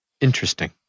Interesting